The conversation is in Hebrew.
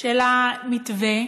של המתווה,